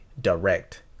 direct